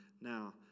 Now